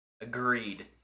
Agreed